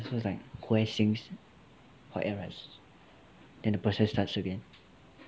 like cold air sinks hot air rises then the process starts again